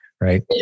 right